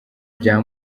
bya